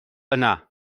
yna